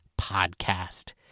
podcast